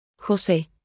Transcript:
José